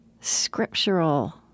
scriptural